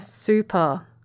super